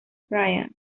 bryan